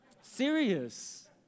Serious